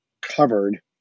covered